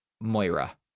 Moira